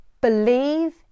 Believe